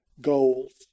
goals